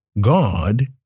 God